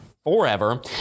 forever